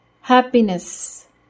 Happiness